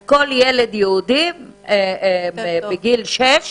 כל ילד יהודי בגיל שש